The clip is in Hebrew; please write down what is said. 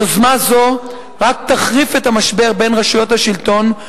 יוזמה זו רק תחריף את המשבר בין רשויות השלטון,